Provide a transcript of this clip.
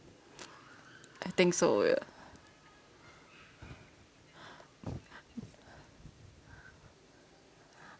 I think so ya